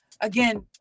again